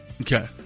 Okay